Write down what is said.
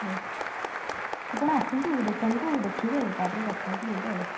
ହଉ ଆପଣ ଆସନ୍ତୁ ଦୋକାନକୁ ଦେଖିବେ ତା'ପରେ କଥା ହେଇକି ନେବେ ଆଉ